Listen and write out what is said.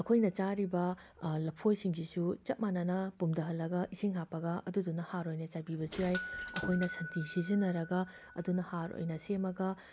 ꯑꯩꯈꯣꯏꯅ ꯆꯥꯔꯤꯕ ꯂꯐꯣꯏꯁꯤꯡꯖꯤꯁꯨ ꯆꯞ ꯃꯥꯟꯅꯅ ꯄꯨꯝꯗꯍꯜꯂꯒ ꯏꯁꯤꯡ ꯍꯥꯞꯄꯒ ꯑꯗꯨꯗꯨꯅ ꯍꯥꯔ ꯑꯣꯏꯅ ꯆꯥꯏꯕꯤꯕꯁꯨ ꯌꯥꯏ ꯑꯩꯈꯣꯏꯅ ꯁꯟꯊꯤ ꯁꯤꯖꯤꯟꯅꯔꯒ ꯑꯗꯨꯅ ꯍꯥꯔ ꯑꯣꯏꯅ ꯁꯦꯝꯃꯒ